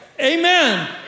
Amen